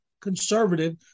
conservative